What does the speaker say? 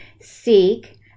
SEEK